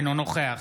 אינו נוכח